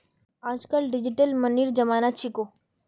आजकल डिजिटल मनीर जमाना छिको